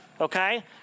okay